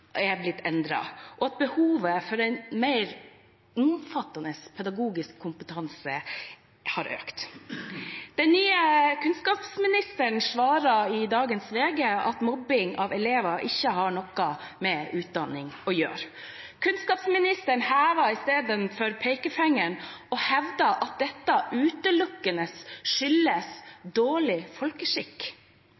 har blitt endret, og at behovet for en mer omfattende pedagogisk kompetanse har økt. Den nye kunnskapsministeren svarer i dagens VG at mobbing av elever ikke har noe med lærerutdanningen å gjøre. Kunnskapsministeren hever i stedet pekefingeren og hevder at dette utelukkende skyldes